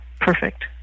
perfect